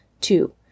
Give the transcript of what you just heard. Two